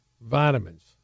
Vitamins